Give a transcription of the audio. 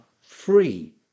free